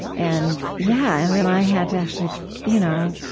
and, yeah, then i had to actually you know